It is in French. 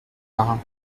marin